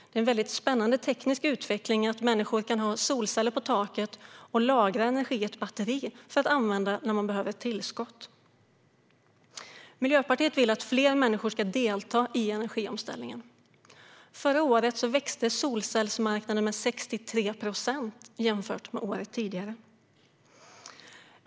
Det är en väldigt spännande teknisk utveckling att människor kan ha solceller på taket och lagra energi i ett batteri, som kan användas när man behöver ett tillskott. Miljöpartiet vill att fler människor ska delta i energiomställningen. Förra året växte solcellsmarknaden med 63 procent, jämfört med året tidigare.